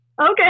Okay